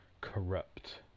corrupt